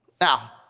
Now